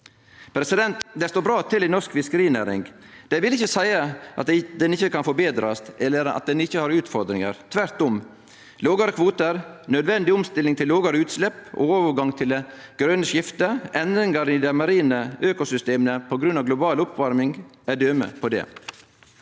bra. Det står bra til i norsk fiskerinæring. Det vil ikkje seie at ho ikkje kan forbetrast, eller at ho ikkje har utfordringar. Tvert om: Lågare kvotar, nødvendig omstilling til lågare utslepp, overgang til det grøne skiftet og endringar i dei marine økosystema på grunn av global oppvarming er døme på det.